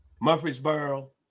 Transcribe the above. Murfreesboro